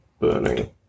burning